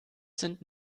sind